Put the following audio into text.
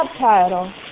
subtitle